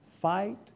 fight